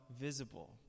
visible